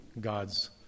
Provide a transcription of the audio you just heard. God's